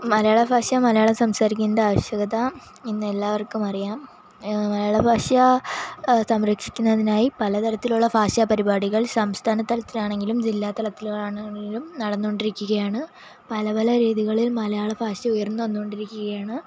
മലയാളഭാഷ മലയാളം സംസാരിക്കണതിൻ്റെ ആവശ്യകത ഇന്നെല്ലാവർക്കുമറിയാം മലയാളഭാഷ സംരക്ഷിക്കുന്നതിനായി പല തരത്തിലുള്ള ഭാഷാപരിപാടികൾ സംസ്ഥാന തലത്തിലാണെങ്കിലും ജില്ല തലത്തിലാണെങ്കിലും നടന്നുകൊണ്ടിരിക്കുകയാണ് പല പല രീതികളിൽ മലയാളഭാഷ ഉയർന്ന് വന്നുകൊണ്ടിരിക്കുകയാണ്